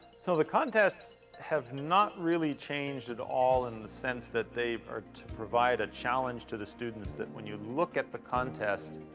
so the contests have not really changed at all in the sense that they are to provide a challenge to the students that when you look at the contest,